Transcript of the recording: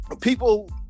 people